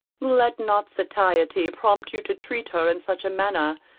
let not satiety prompt you to treat her in such a manner,